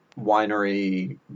winery